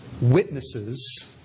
witnesses